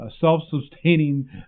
self-sustaining